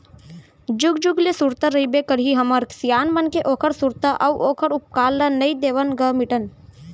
जुग जुग ले सुरता रहिबे करही हमर सियान मन के ओखर सुरता अउ ओखर उपकार ल नइ देवन ग मिटन